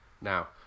now